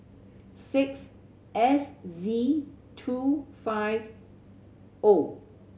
six S Z two five O